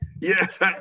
yes